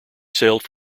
sailed